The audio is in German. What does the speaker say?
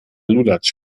lulatsch